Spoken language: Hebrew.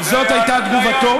זאת הייתה תגובתו.